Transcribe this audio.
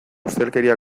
ustelkeria